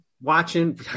watching